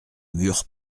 murs